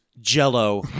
jello